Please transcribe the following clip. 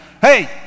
hey